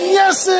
yes